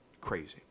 crazy